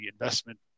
investment